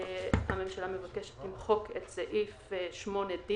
הממשלה מבקשת למחוק את סעיף 8D,